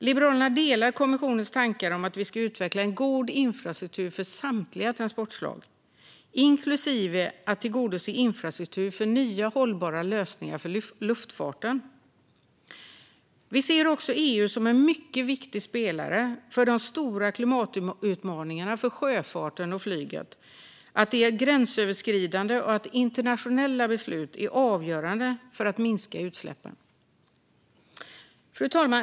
Liberalerna delar kommissionens tankar om att vi ska utveckla en god infrastruktur för samtliga transportslag, inklusive att tillgodose infrastruktur för nya hållbara lösningar för luftfarten. Vi anser också att EU är en mycket viktig spelare för de stora klimatutmaningarna för sjöfarten och flyget, att dessa är gränsöverskridande och att internationella beslut är avgörande för att minska utsläppen. Fru talman!